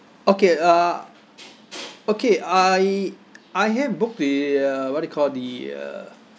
okay uh okay I I had booked the uh what you call the uh